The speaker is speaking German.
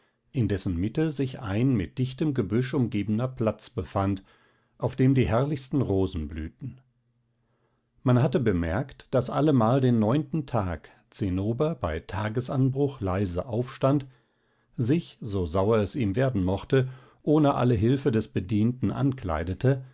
in dessen mitte sich ein mit dichtem gebüsch umgebener platz befand auf dem die herrlichsten rosen blühten man hatte bemerkt daß allemal den neunten tag zinnober bei tagesanbruch leise aufstand sich so sauer es ihm werden mochte ohne alle hilfe des bedienten ankleidete